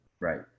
Right